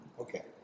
Okay